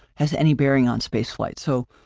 has any bearing on spaceflight. so,